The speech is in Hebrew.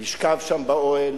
לשכב שם באוהל,